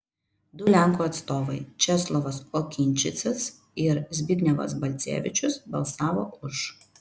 du lenkų atstovai česlovas okinčicas ir zbignevas balcevičius balsavo už